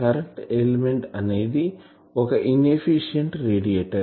current element అనేది ఓక inefficient radiator